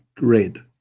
red